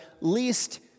least